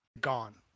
gone